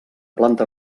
planta